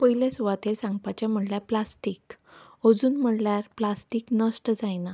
पयले सुवातेर सांगपाचें म्हणल्यार प्लास्टीक अजून म्हणल्यार प्लास्टीक नश्ट जायना